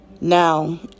Now